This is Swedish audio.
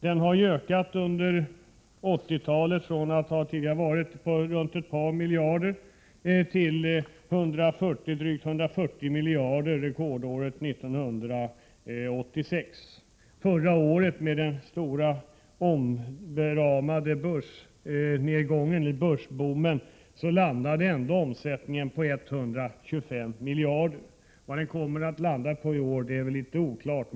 Den har ökat under 1980-talet från tidigare några miljarder kronor till drygt 140 miljarder kronor rekordåret 1986. Förra året, med den stora omtalade börsnedgången, landade ändå omsättningen på 125 miljarder kronor. Vad omsättningen kommer att landa på i år ännu oklart.